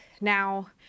Now